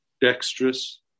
dexterous